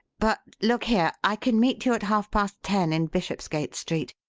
but look here! i can meet you at half-past ten in bishopsgate street,